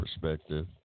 perspective